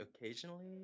occasionally